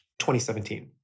2017